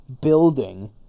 building